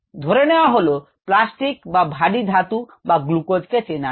ধরে নেয়া হলো প্লাস্টিক বা ভারী ধাতু বা গ্লুকোজকে চেনার জন্য